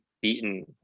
beaten